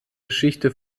geschichte